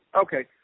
okay